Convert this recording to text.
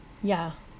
ya